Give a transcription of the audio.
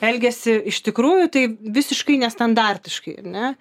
elgėsi iš tikrųjų tai visiškai nestandartiškai ar ne